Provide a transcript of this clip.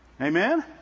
amen